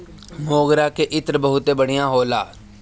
मोगरा के इत्र बहुते बढ़िया होला